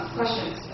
questions